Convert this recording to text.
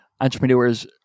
entrepreneurs